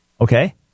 okay